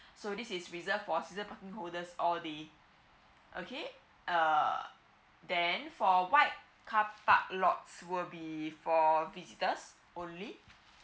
so this is reserved for season parking holders only okay err then for white carpark lots will be for visitors only